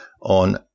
on